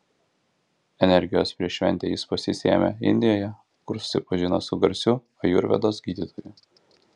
energijos prieš šventę jis pasisėmė indijoje kur susipažino su garsiu ajurvedos gydytoju